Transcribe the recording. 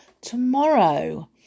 tomorrow